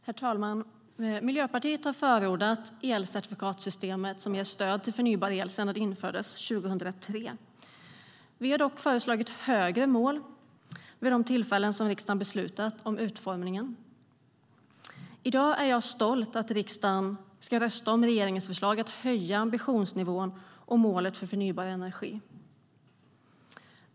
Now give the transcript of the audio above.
Herr talman! Miljöpartiet har förordat elcertifikatssystemet, som ger stöd till förnybar el, sedan det infördes 2003. Vi har dock föreslagit högre mål vid de tillfällen då riksdagen beslutat om utformningen. I dag är jag stolt över att riksdagen ska rösta om regeringens förslag att höja ambitionsnivån och målet för förnybar energi.